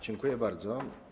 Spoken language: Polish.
Dziękuję bardzo.